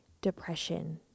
depression